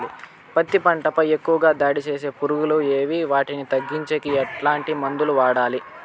పత్తి పంట పై ఎక్కువగా దాడి సేసే పులుగులు ఏవి వాటిని తగ్గించేకి ఎట్లాంటి మందులు వాడాలి?